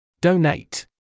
Donate